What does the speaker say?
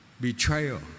betrayal